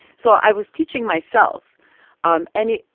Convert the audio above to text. so i was teaching myself um any.